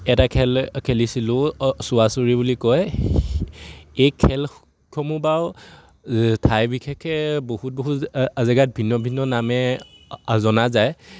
এটা খেল খেলিছিলোঁ চোৱা চুৰি বুলি কয় এই খেলসমূহ বাউ ঠাই বিশেষে বহুত বহুত জেগাত ভিন্ন ভিন্ন নামেৰে জনা যায়